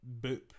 boop